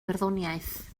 barddoniaeth